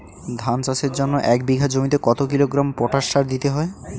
ধান চাষের জন্য এক বিঘা জমিতে কতো কিলোগ্রাম পটাশ সার দিতে হয়?